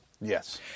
Yes